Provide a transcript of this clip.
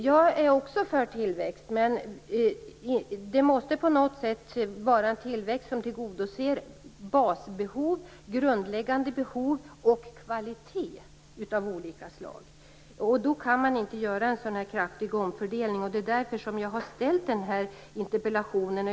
Också jag är för tillväxt, men det måste på något sätt vara en tillväxt som tillgodoser basbehov, grundläggande behov och krav på kvalitet av olika slag. Då kan man inte göra en så kraftig omfördelning. Det är därför som jag har ställt den här interpellationen.